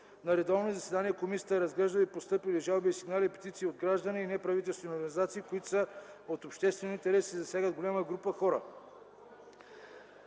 На редовни заседания комисията е разглеждала и постъпили жалби, сигнали и петиции от граждани и неправителствени организации, които са от обществен интерес и засягат големи групи хора.